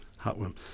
heartworm